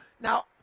Now